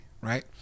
Right